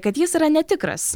kad jis yra netikras